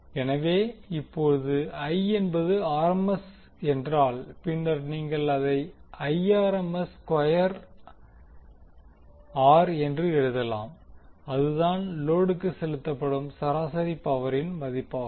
எனவே இப்போது I என்பது ஆர்எம்எஸ் என்றால் பின்னர் நீங்கள் அதை I R M S square R என்று எழுதலாம் அதுதான் லோடுக்கு செலுத்தப்படும் சராசரி பவரின் மதிப்பாகும்